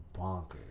bonkers